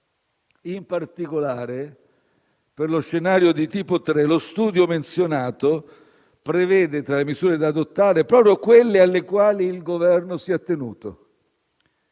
In particolare, per lo scenario di tipo 3, lo studio menzionato prevede tra le misure da adottare proprio quelle alle quali il Governo si è attenuto.